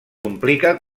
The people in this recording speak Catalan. complica